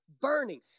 burning